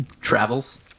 travels